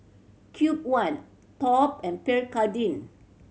Cube One Top and Pierre Cardin